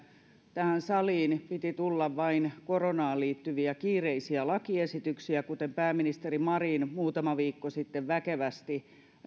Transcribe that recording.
tähän saliin piti tulla vain koronaan liittyviä kiireisiä lakiesityksiä kuten pääministeri marin muutama viikko sitten väkevästi